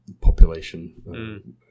population